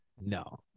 No